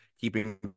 keeping